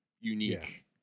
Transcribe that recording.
unique